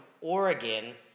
Oregon